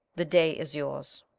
the day is yours